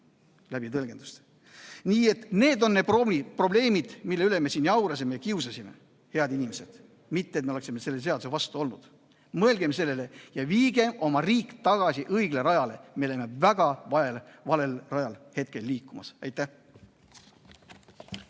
läbi tõlgenduste. Nii et need on need probleemid, mille üle me siin jaurasime ja mille pärast kiusasime, head inimesed. Mitte et me oleksime selle seaduse vastu olnud. Mõelgem sellele ja viigem oma riik tagasi õigele rajale! Me oleme väga valel rajal hetkel liikumas. Aitäh!